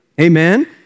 Amen